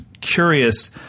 curious